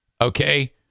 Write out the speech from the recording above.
okay